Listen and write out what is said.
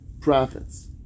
prophets